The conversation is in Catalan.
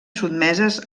sotmeses